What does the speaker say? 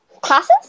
classes